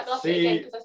see